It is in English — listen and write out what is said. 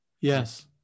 yes